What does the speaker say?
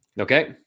Okay